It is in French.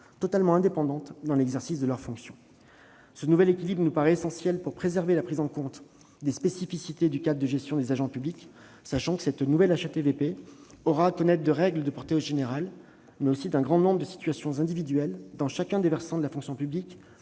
totalement indépendantes dans l'exercice de leurs fonctions. Ce nouvel équilibre nous paraît essentiel pour préserver la prise en compte des spécificités du cadre de gestion des agents publics, sachant que la nouvelle HATVP aura à connaître des règles de portée générale, mais aussi d'un grand nombre de situations individuelles dans chacun des versants de la fonction publique